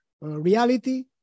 reality